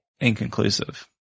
inconclusive